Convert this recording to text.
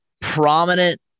prominent